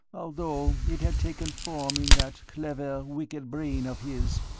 although it had taken form in that clever, wicked brain of his.